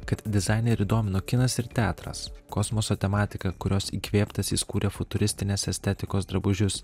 kad dizainerį domino kinas ir teatras kosmoso tematika kurios įkvėptas jis kūrė futuristinės estetikos drabužius